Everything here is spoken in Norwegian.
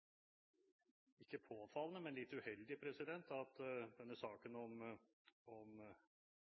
ikke påfallende, men litt uheldig at denne saken om